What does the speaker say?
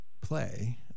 play